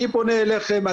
אני פונה אליכם,